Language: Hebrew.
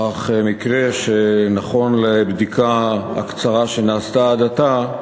אך נכון לבדיקה הקצרה שנעשתה עד עתה,